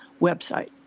website